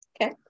Okay